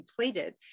completed